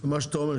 מה שאתה אומר,